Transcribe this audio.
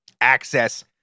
access